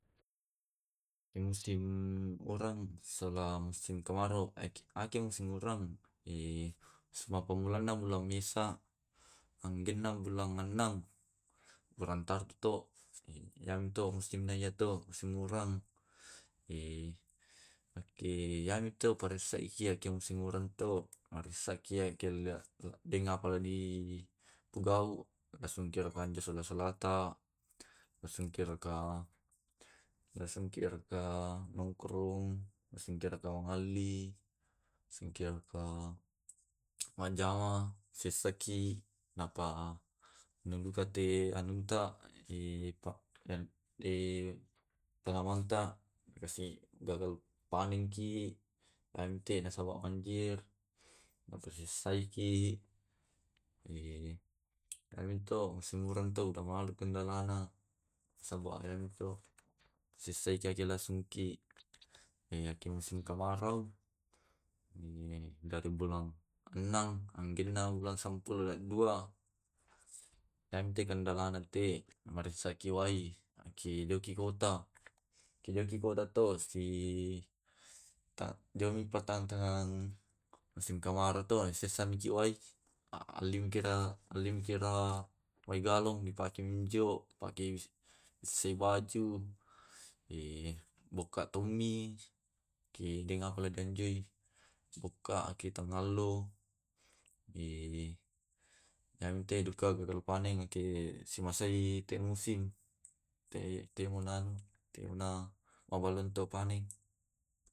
Akemsim urang, selang musim kemarau akemsim urang i semua pammulana ulang mesa angkena ulang enneng, ulang tarto yamto musim nayato musim urang. Ake yamito diparessai ya iki singurangto marisa kia kiala dengapala di pugau sula sulata raka nongkrong, singke raka ma ngalli, singki raka majjama, sessaki napa denduka te anunta tanamanta dikasi gagal panenki nasaba banjir, nasessaiki yamito singurang damala to kendalana nasaba yamito sessaiki iyaku musim kemarau. dari bulang ennang angkenna bulang sampulo dua. Iyamte kendalana taue maressaki wae ake jo ki kota. Ke jo ki kota to si jomi pa tangtangan musim kemarau to nasessa niki wae. Allimki ra allimaki ra wae galong dipake min jo paki bissai baju, bokka tommi, bokkai tongallo ente duka gagal panen simasai te musim te monan te monan mabalan to panen.